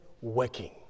working